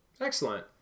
Excellent